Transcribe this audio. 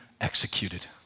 executed